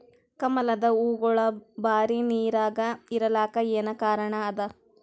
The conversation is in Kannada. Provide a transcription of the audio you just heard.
ಕಮಲದ ಹೂವಾಗೋಳ ಬರೀ ನೀರಾಗ ಇರಲಾಕ ಏನ ಕಾರಣ ಅದಾ?